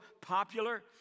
popular